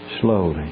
Slowly